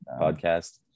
podcast